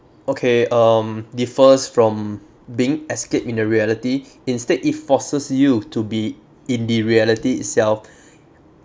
okay um differs from being escape in a reality instead it forces you to be in the reality itself